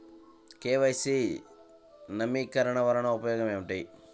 KYC నవీకరణ వలన ఉపయోగం ఏమిటీ?